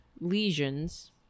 lesions